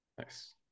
Nice